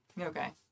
Okay